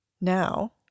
Now